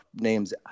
names